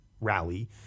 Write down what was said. rally